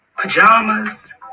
pajamas